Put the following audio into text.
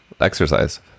exercise